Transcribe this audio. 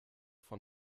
von